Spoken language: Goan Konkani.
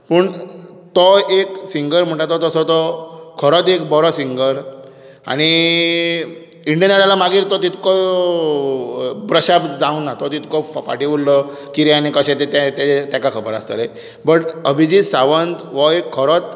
पूण तो एक सिंगर म्हणटा तसो तो खरोच एक बरो सिंगर आनी इंडियन आयडला मागीर तो तितको प्रशार जावना इतको फाटीं उरलो कितें आनी कशें तें ताचें ताका खबर आसतलें बट अभिजीत सावंत हो एक खरोच